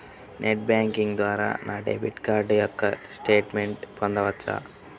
Net banking ద్వారా నా debit card యొక్క స్టేట్మెంట్ పొందవచ్చా?